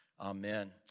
amen